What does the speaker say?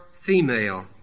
female